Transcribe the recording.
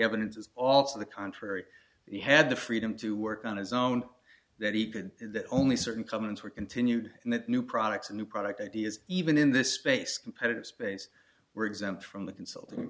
evidence is all to the contrary he had the freedom to work on his own that he could that only certain covenants were continued and that new products and new product ideas even in this space competitive space were exempt from the consulting